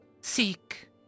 seek